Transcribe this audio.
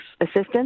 assistance